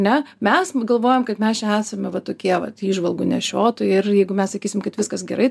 ne mes galvojam kad mes čia esame va tokie vat įžvalgų nešiotojai ir jeigu mes kad viskas gerai